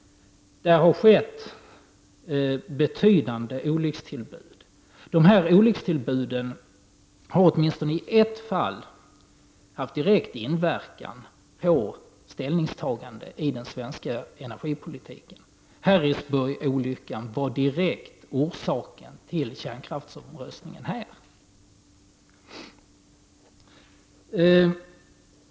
I dessa länder har betydande olyckstillbud inträffat. Dessa olyckstillbud har åtminstone i ett fall haft direkt inverkan på ställningstaganden i den svenska energipolitiken. Harrisburgolyckan var direkt orsak till kärnkraftsomröstningen i Sverige.